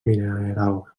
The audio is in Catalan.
mineral